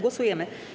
Głosujemy.